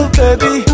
baby